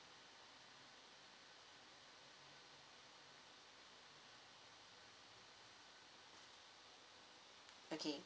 okay